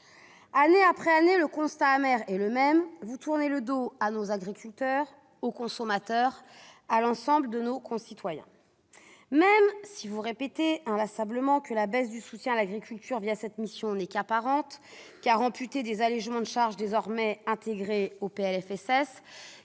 Année après année, le constat amer est le même : vous tournez le dos à nos agriculteurs, aux consommateurs, à l'ensemble de nos concitoyens. Même si vous répétez inlassablement que la baisse du soutien à l'agriculture cette mission n'est qu'apparente, car elle est amputée des allégements de charges désormais intégrés au projet